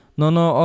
nono